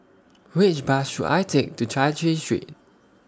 Which Bus should I Take to Chai Chee Street